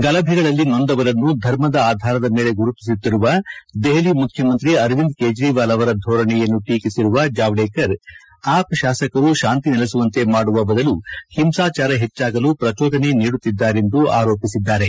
ಗಲಭೆಗಳಲ್ಲಿ ನೊಂದವರನ್ನು ಧರ್ಮದ ಆಧಾರದ ಮೇಲೆ ಗುರುತಿಸುತ್ತಿರುವ ದೆಹಲಿ ಮುಖ್ನಮಂತ್ರಿ ಅರವಿಂದ್ ಕೇಜ್ರವಾಲ್ ಅವರ ಧೋರಣೆಯನ್ನು ಟೀಕಿಸಿರುವ ಜಾವ್ನೇಕರ್ ಆಪ್ ಶಾಸಕರು ಶಾಂತಿ ನೆಲೆಸುವಂತೆ ಮಾಡುವ ಬದಲು ಹಿಂಸಾಚಾರ ಹೆಚ್ಚಾಗಲು ಪ್ರಚೋಚನೆ ನೀಡುತ್ತಿದ್ದಾರೆಂದು ಆರೋಪಿಸಿದ್ದಾರೆ